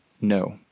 No